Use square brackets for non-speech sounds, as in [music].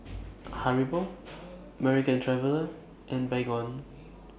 Haribo [noise] American Traveller and Baygon